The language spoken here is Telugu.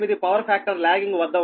8 పవర్ ఫాక్టర్ లాగింగ్ వద్ద ఉంది